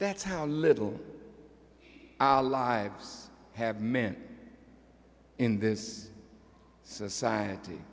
that's how little lives have men in this society